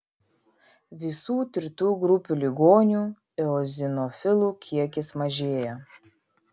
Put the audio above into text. visų tirtų grupių ligonių eozinofilų kiekis mažėja